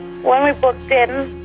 when we booked in,